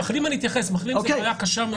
למחלים אתייחס, זו בעיה קשה.